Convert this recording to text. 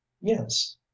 yes